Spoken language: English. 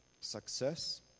success